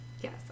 Yes